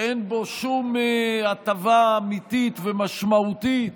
שאין בו שום הטבה אמיתית ומשמעותית